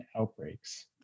outbreaks